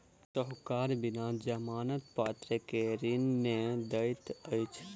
साहूकार बिना जमानत पत्र के ऋण नै दैत अछि